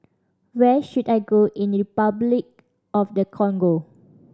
where should I go in Repuclic of the Congo